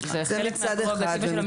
זה חלק מהפררוגטיבה של המשרד.